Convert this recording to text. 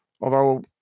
Although-